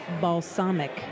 balsamic